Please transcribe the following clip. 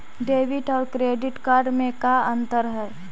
Debit और credit card में का अंतर है?